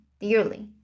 dearly